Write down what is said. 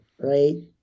right